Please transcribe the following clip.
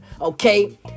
okay